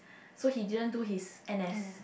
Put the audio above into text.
so he didn't do his n_s